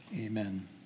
Amen